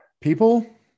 people